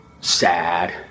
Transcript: sad